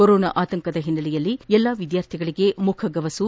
corona ಆತಂಕದ ಹಿನ್ನೆಲೆಯಲ್ಲಿ ಎಲ್ಲಾ ವಿದ್ಯಾರ್ಥಿಗಳಿಗೆ ಮುಖಗವಸು